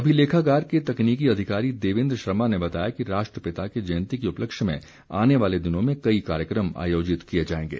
अभिलेखागार के तकनीकी अधिकारी देवेन्द्र शर्मा ने बताया कि राष्ट्रपिता की जयंती के उपलक्ष्य में आने वाले दिनों में कई कार्यक्रम आयोजित किए जाएंगे